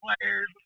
players